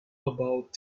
about